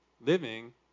Living